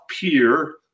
Peer